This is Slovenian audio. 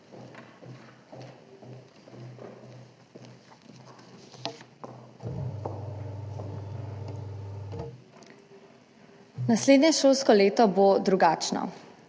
Naslednje šolsko leto bo drugačno.